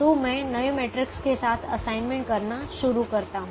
तो मैं नए मैट्रिक्स के साथ असाइनमेंट करना शुरू करता हूं